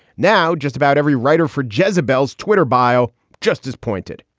now, just about every writer for jezebel's twitter bio just as pointed,